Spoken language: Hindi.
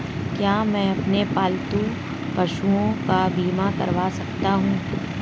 क्या मैं अपने पालतू पशुओं का बीमा करवा सकता हूं?